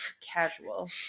casual